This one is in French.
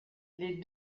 les